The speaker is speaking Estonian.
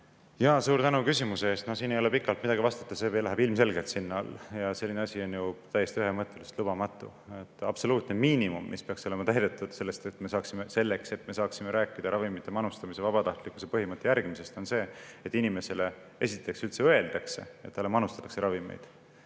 Suur tänu küsimuse eest! Siin ei ole pikalt midagi vastata, see läheb ilmselgelt sinna alla ja selline asi on täiesti ühemõtteliselt lubamatu. Absoluutne miinimum, mis peaks olema täidetud selleks, et me saaksime rääkida ravimite manustamise vabatahtlikkuse põhimõtte järgimisest, on see, et inimesele esiteks üldse öeldakse, et talle manustatakse ravimeid,